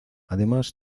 además